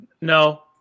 No